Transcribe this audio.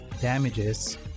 damages